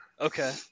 Okay